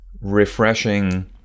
refreshing